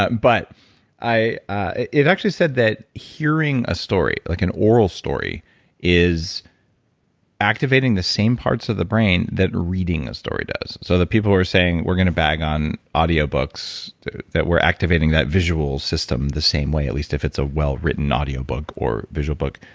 but but ah it actually said that hearing a story, like an oral story is activating the same parts of the brain that reading a story does. so the people who are saying, we're going to bag on audio books, that we're activating that visual system the same way, at least if it's a well-written audio book or visual book,